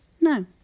no